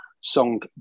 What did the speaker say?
song